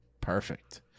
Perfect